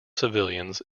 civilians